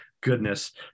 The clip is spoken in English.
goodness